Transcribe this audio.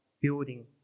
building